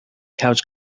couch